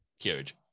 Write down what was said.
Huge